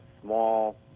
small